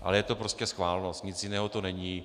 Ale je to prostě schválnost, nic jiného to není.